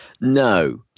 No